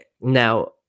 Now